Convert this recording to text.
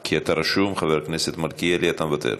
אתה רשום, חבר הכנסת מלכיאלי, אתה מוותר.